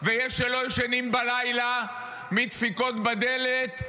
ויש שלא ישנים בלילה מדפיקות בדלת,